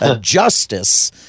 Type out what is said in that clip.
justice